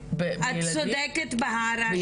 צודקת בהערה שלך.